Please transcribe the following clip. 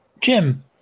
Jim